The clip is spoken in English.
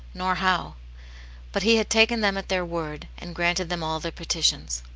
nor how but he had taken them at their word, and granted them all their petitions.